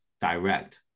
direct